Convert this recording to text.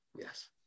yes